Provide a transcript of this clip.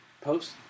post